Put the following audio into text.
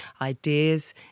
ideas